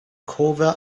cover